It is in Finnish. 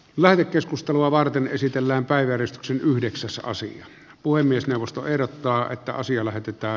lähetekeskustelua varten esitellään päiväys yhdeksäs osa puhemiesneuvosto ehdottaa että asialähetyttää